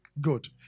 Good